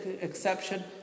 exception